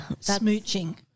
Smooching